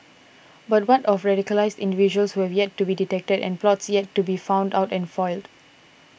but what of radicalised individuals who have yet to be detected and plots yet to be found out and foiled